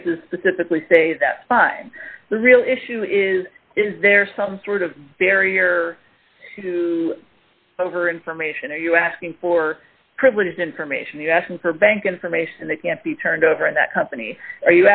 cases pacifically say that find the real issue is is there some sort of barrier to over information are you asking for privileged information you asking for bank information and they can't be turned over at that company are